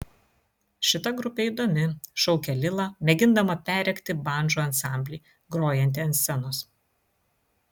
šita grupė įdomi šaukia lila mėgindama perrėkti bandžų ansamblį grojantį ant scenos